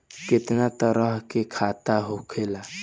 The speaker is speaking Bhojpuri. केतना तरह के खाता होला?